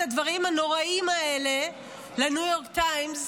הדברים הנוראיים האלה לניו יורק טיימס,